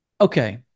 okay